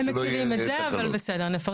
הם מכירים את זה אבל בסדר נפרסם.